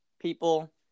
people